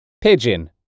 Pigeon